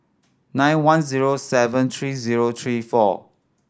nine one zero seven three zero three four